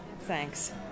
Thanks